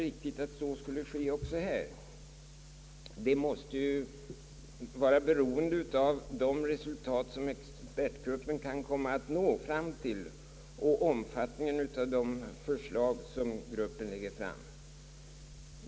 Helt naturligt måste den frågan bedömas på grundval av de resultat expertgruppen kan nå fram till och omfattningen av de förslag som gruppen lägger fram.